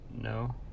No